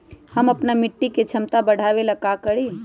हम अपना मिट्टी के झमता बढ़ाबे ला का करी?